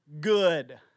good